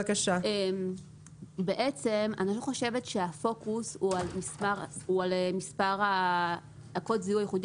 אני חושבת שהפוקוס הוא על מספר קוד הזיהוי הייחודי,